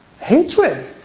hatred